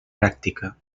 pràctica